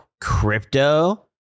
crypto